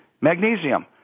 magnesium